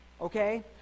okay